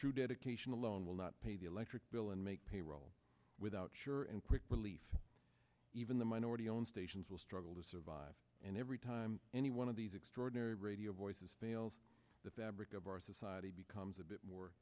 true dedication alone will not pay the electric bill and make payroll without sure and quick relief even the minority owned stations will struggle to survive and every time any one of these extraordinary radio voices fails the fabric of our society becomes a bit more